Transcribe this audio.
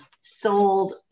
sold